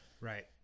Right